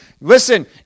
Listen